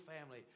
family